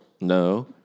No